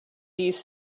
these